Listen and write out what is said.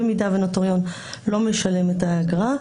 אם נוטריון לא משלם את האגרה,